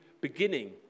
beginning